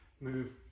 move